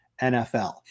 NFL